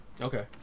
Okay